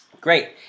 Great